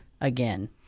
again